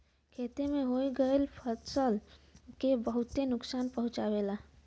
खेते में होई गयल त फसल के बहुते नुकसान पहुंचावेला